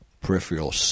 peripheral